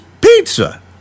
pizza